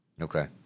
Okay